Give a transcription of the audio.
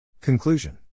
Conclusion